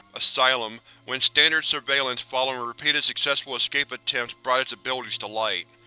asylum, when standard surveillance following repeated successful escape attempts brought its abilities to light.